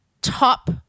top